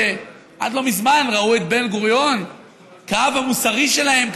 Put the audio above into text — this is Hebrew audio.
שעד לא מזמן ראו את בן-גוריון כאב המוסרי שלהם,